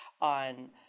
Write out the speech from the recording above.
on